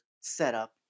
setup